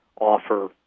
offer